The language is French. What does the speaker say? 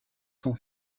son